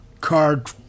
card